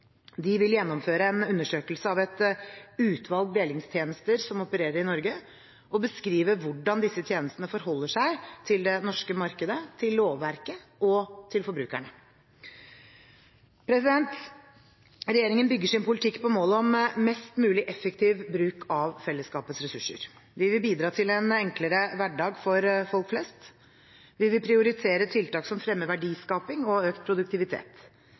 De vil gjennomføre en undersøkelse av et utvalg delingstjenester som opererer i Norge, og beskrive hvordan disse tjenestene forholder seg til det norske markedet, til lovverket og til forbrukerne. Regjeringen bygger sin politikk på målet om mest mulig effektiv bruk av fellesskapets ressurser. Vi vil bidra til en enklere hverdag for folk flest. Vi vil prioritere tiltak som fremmer verdiskaping og økt produktivitet.